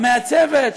המעצבת,